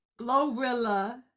Glorilla